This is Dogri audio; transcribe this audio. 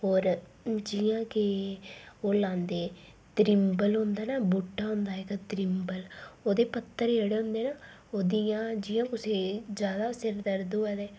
होर जियां कि ओह् लांदे त्रिम्बल होंदा न बूह्टा होंदा इक त्रिम्बल ओह्दे पत्तर जेह्ड़े होंदे न ओह्दियां जियां कुसै गी ज्यादा सिर दर्द होऐ ते